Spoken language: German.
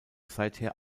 seither